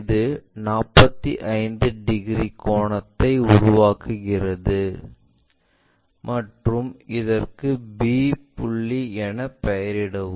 இது 45 டிகிரி கோணத்தை உருவாக்குகிறது மற்றும் இதற்கு b புள்ளி என பெயர்இடவும்